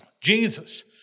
Jesus